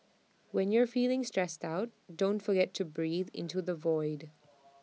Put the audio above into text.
when you are feeling stressed out don't forget to breathe into the void